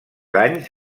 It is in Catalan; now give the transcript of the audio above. anys